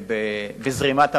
בזרימת המידע.